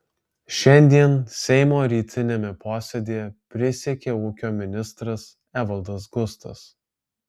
šiandien seimo rytiniame posėdyje prisiekė ūkio ministras evaldas gustas